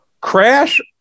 crash